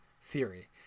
theory